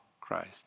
Christ